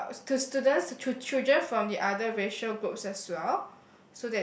uh to students to children from the other racial groups as well